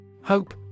hope